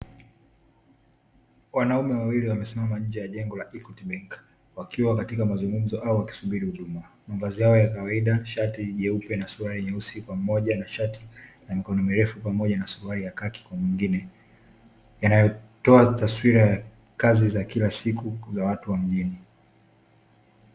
Wanaume wawili wamesimama nje ya jengo la " Equity bank", wakiwa katika mazungumzo au wakisubiri huduma, mavazi yao ya kawaida; shati jeupe na suruali nyeusi kwa mmoja na shati la mikono mirefu pamoja na suruali ya kaki kwa mwingine, yanayotoa taswira ya kazi za kila siku za watu wa mjini.